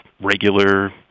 regular